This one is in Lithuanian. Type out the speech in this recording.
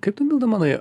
kaip tu milda manai